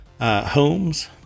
homes